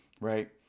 right